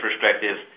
perspective